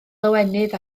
lawenydd